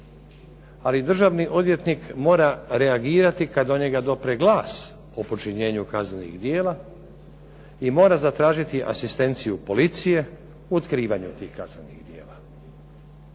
Ali državni odvjetnik mora reagirati kada do njega dopre glas o počinjenju kaznenih djela i mora tražiti asistenciju policije u otkrivanju tih kaznenih djela.